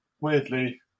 weirdly